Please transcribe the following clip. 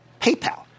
PayPal